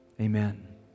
Amen